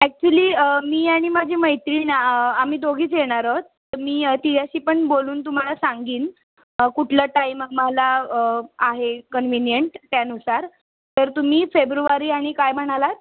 actually मी आणि माझी मैत्रीण आम्ही दोघीच येणार आहोत तर मी तिच्याशी पण बोलून तुम्हाला सांगेन कुठला टाईम आम्हाला आहे कन्विनिएंट त्यानुसार तर तुम्ही फेब्रुवारी आणि काय म्हणालात